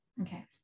Okay